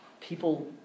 people